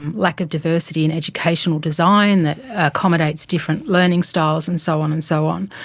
and lack of diversity in educational design that accommodates different learning styles and so on and so on.